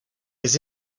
his